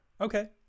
Okay